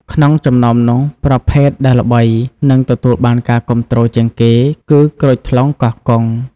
ក្នុងចំណោមនោះ ប្រភេទដែលល្បី និងទទួលបានការគាំទ្រជាងគេគឺ ក្រូចថ្លុងកោះកុង។